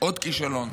עוד כישלון,